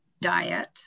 diet